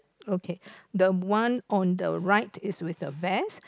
okay the one on the right is with the vest